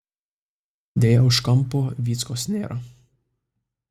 deja už kampo vyckos nėra